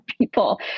people